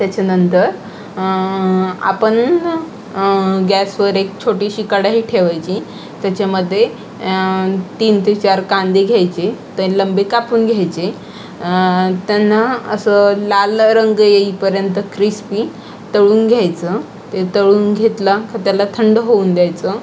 त्याच्यानंतर आपण गॅसवर एक छोटीशी कढाई ठेवायची त्याच्यामध्ये तीन ते चार कांदे घ्यायचे ते लंबे कापून घ्यायचे त्यांना असं लाल रंग येईपर्यंत क्रिस्पी तळून घ्यायचं ते तळून घेतला का त्याला थंड होऊन द्यायचं